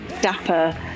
dapper